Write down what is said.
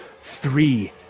three